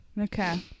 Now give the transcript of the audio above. Okay